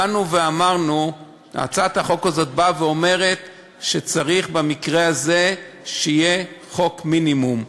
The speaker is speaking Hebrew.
באנו ואמרנו בהצעת החוק הזאת שצריך במקרה הזה שיהיה חוק מינימום.